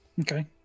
Okay